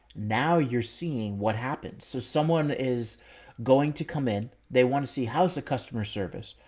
now you're seeing what happens. so someone is going to come in, they want to see how's the customer service?